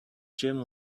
gym